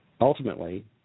Ultimately